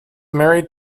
married